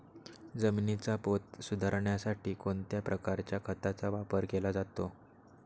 जमिनीचा पोत सुधारण्यासाठी कोणत्या प्रकारच्या खताचा वापर केला जातो?